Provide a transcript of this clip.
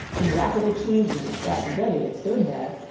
in rapid achievement that ready it stood there,